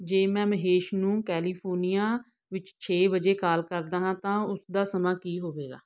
ਜੇ ਮੈਂ ਮਹੇਸ਼ ਨੂੰ ਕੈਲੀਫੋਰਨੀਆ ਵਿੱਚ ਛੇ ਵਜੇ ਕਾਲ ਕਰਦਾ ਹਾਂ ਤਾਂ ਉਸਦਾ ਸਮਾਂ ਕੀ ਹੋਵੇਗਾ